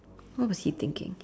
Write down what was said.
what was he thinking